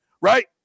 right